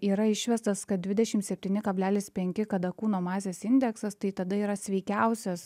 yra išvestas kad dvidešim septyni kablelis penki kada kūno masės indeksas tai tada yra sveikiausias